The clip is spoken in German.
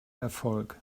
erfolg